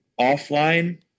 offline